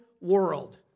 world